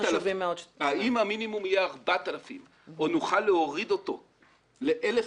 האם המינימום יהיה 4,000 או נוכל להוריד אותו ל-1,400,